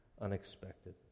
unexpected